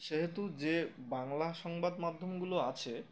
সেহেতু যে বাংলা সংবাদ মাধ্যমগুলো আছে